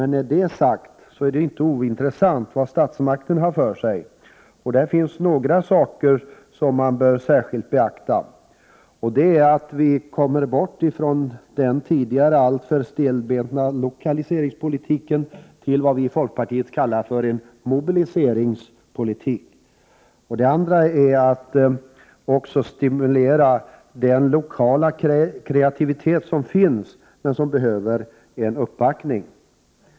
När det är sagt är det inte ointressant vad statsmakten har för sig. Där finns några saker som man bör särskilt beakta. Vi kommer bort från den tidigare alltför stelbenta lokaliseringspolitiken till vad vi i folkpartiet kallar för en mobiliseringspolitik. Dessutom skall man också stimulera den lokala kreativitet som finns men som behöver en uppbackning.